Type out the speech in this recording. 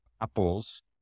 apples